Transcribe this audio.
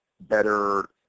better